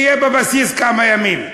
תהיה בבסיס כמה ימים.